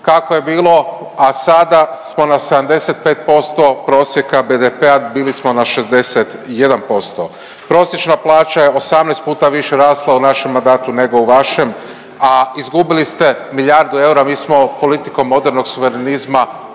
kako je bilo, a sada smo na 75% prosjeka BDP-a bili smo na 61%. Prosječna plaća je 18 puta više rasla u našem mandatu nego u vašem, a izgubili ste milijardu eura. Mi smo politikom modernog suverenizma